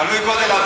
תלוי של איזה שר.